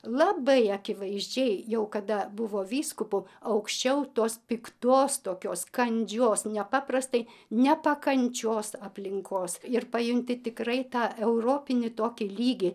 labai akivaizdžiai jau kada buvo vyskupu aukščiau tos piktos tokios kandžios nepaprastai nepakančios aplinkos ir pajunti tikrai tą europinį tokį lygį